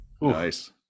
nice